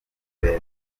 turebe